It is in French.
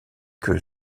que